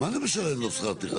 מה זה משלם לו שכר טרחה?